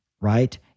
right